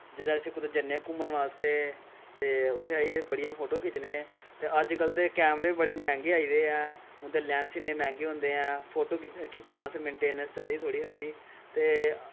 जिसलै अस जन्ने कुदै घूमन बास्तै ते उत्थें जाइयै अस बड़ियां फोटो खिच्चने ते अज्ज कल दे कैमरे बी बड़े मैंह्गे आई गेदे ऐ उं'दे लैंस इन्ने मैंह्गे होंदे ऐ फोटो खिच्चने बास्तै मेनटेनैंस चाहिदी थोह्ड़ी हारी ते